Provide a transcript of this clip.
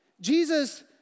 Jesus